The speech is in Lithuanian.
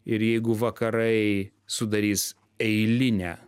ir jeigu vakarai sudarys eilinę